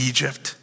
Egypt